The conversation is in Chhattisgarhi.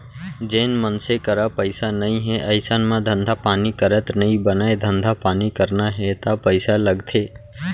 जेन मनसे करा पइसा नइ हे अइसन म धंधा पानी करत नइ बनय धंधा पानी करना हे ता पइसा लगथे